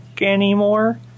anymore